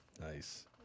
Nice